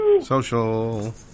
Social